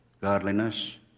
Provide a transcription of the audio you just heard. godliness